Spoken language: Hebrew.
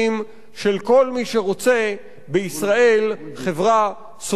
של כל מי שרוצה בישראל חברה "סוציאל",